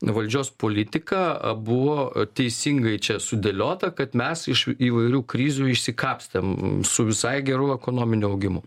valdžios politika buvo teisingai čia sudėliota kad mes iš įvairių krizių išsikapstėm su visai geru ekonominiu augimu